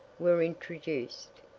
were introduced.